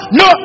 no